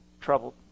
troubled